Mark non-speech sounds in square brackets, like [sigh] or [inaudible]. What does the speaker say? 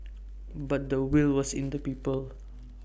[noise] but the will was in the people